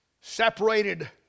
separated